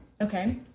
Okay